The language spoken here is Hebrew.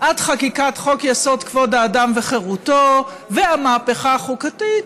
עד חקיקת חוק-יסוד: כבוד האדם וחירותו והמהפכה החוקתית,